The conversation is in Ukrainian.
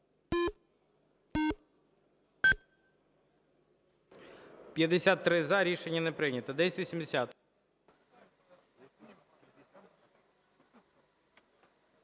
На жаль, рішення не прийнято.